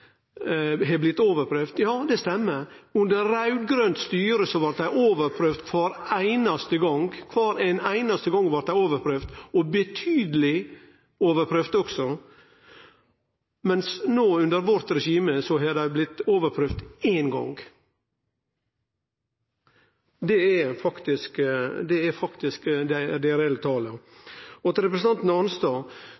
har ein rett og slett ikkje forstått det ein i dag debatterer. Ein hevdar også at rovviltnemndene er blitt overprøvde. Ja, det stemmer, under raud-grønt styre blei dei overprøvde kvar einaste gong. Kvar einaste gong blei dei overprøvde, og betydelig overprøvde også, mens no, under vårt regime, har dei blitt overprøvde éin gong. Det er faktisk det reelle